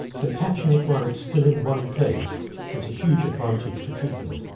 so catching it while it's still in one place is a huge advantage for treatment,